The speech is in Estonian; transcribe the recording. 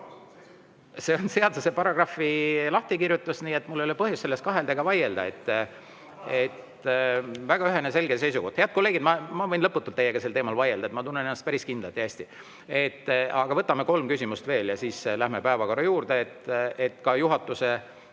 See on seaduse paragrahvi lahtikirjutus, nii et mul ei ole põhjust selles kahelda ega vaielda. Väga ühene ja selge seisukoht. Head kolleegid, ma võin lõputult teiega sel teemal vaielda, ma tunnen ennast päris kindlalt ja hästi. Aga võtame kolm küsimust veel ja siis läheme päevakorra juurde. Ka juhatuse